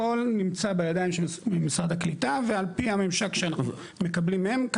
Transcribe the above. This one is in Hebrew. הכול נמצא בידיים של משרד הקליטה ועל פי הממשק שאנחנו מקבלים מהם.